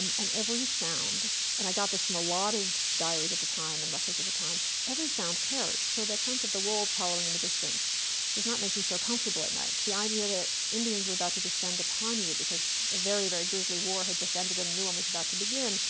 and every sound and i got this from a lot of diaries at the time and records of the time every sound carries, so that sense of the wolves howling in the distance does not make you feel comfortable at night. the idea that indians were about to descend upon you, because a very, very grizzly war had just ended and a new one was about to begin,